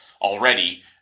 already